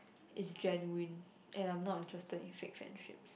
is genuine and I'm not interested in fake friendships